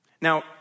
Now